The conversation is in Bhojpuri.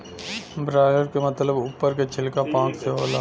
ब्रायलर क मतलब उप्पर के छिलका पांख से होला